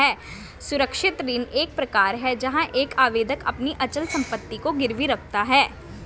सुरक्षित ऋण एक प्रकार है जहां एक आवेदक अपनी अचल संपत्ति को गिरवी रखता है